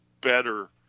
better